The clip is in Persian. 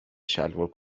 شلوار